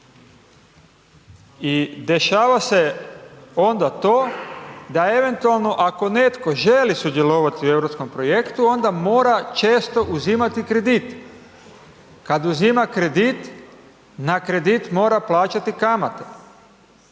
i dešava se onda to da eventualno ako netko želi sudjelovati u Europskom projektu onda mora često uzimati kredit. Kad uzima kredit, na kredit mora plaćati kamate,